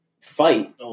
fight